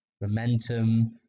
momentum